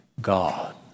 God